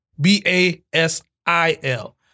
B-A-S-I-L